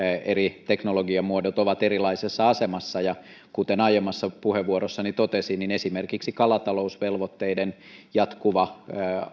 eri teknologiamuodot ovat erilaisessa asemassa ja kuten aiemmassa puheenvuorossani totesin niin esimerkiksi kalatalousvelvoitteiden jatkuva